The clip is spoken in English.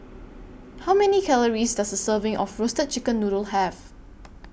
How Many Calories Does A Serving of Roasted Chicken Noodle Have